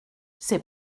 c’est